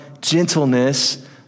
gentleness